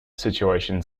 situations